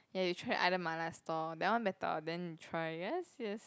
ya you try other Mala store that one better then you try yes yes